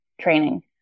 training